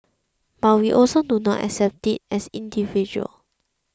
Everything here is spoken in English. but we also do not accept it as